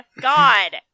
God